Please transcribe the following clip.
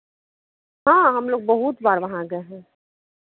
हाँ हमलोग बहुत बार वहाँ गए हैं